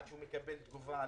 עד שהוא מקבל תגובה,